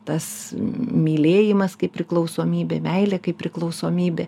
tas mylėjimas kaip priklausomybė meilė kaip priklausomybė